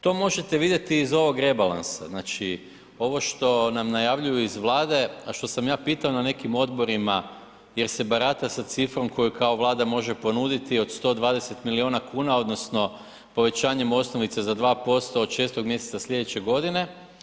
To možete vidjeti iz ovog rebalansa, znači ovo što nam najavljuju iz Vlade, a što sam ja pitao na nekim odborima jer se barata sa cifrom koju kao Vlada može ponuditi od 120 milijuna kuna odnosno povećanjem osnovice za 2% od 6. mjeseca sljedeće godine.